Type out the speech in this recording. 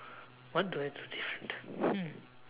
what do I do different hmm